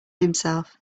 himself